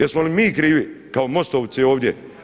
Jesmo li mi krivi kao MOST-ovci ovdje?